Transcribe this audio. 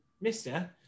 Mister